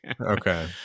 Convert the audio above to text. Okay